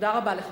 תודה רבה לך.